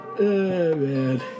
man